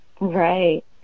Right